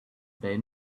they